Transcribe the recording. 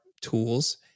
tools